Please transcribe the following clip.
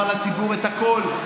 אנחנו נאמר לציבור הכול,